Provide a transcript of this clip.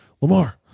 Lamar